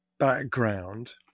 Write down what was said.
background